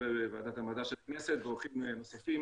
חברי ועדת המדע של הכנסת ואורחים נוספים.